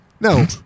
No